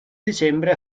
dicembre